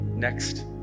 next